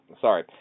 Sorry